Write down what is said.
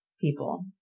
people